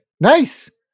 Nice